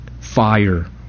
fire